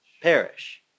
perish